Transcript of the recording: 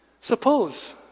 suppose